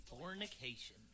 fornication